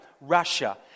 Russia